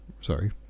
Sorry